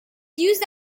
used